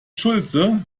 schulze